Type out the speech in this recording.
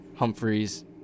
Humphreys